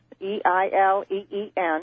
E-I-L-E-E-N